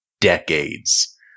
decades